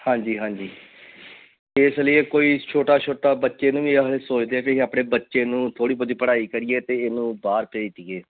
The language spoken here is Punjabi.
ਹਾਂਜੀ ਹਾਂਜੀ ਇਸ ਲਈ ਕੋਈ ਛੋਟਾ ਛੋਟਾ ਬੱਚੇ ਨੂੰ ਵੀ ਆਹੀ ਸੋਚਦੇ ਆ ਕਿ ਅਸੀਂ ਆਪਣੇ ਬੱਚੇ ਨੂੰ ਥੋੜ੍ਹੀ ਬਹੁਤੀ ਪੜ੍ਹਾਈ ਕਰੀਏ ਅਤੇ ਇਹ ਨੂੰ ਬਾਹਰ ਭੇਜ ਦੇਈਏ